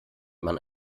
man